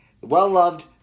well-loved